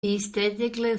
aesthetically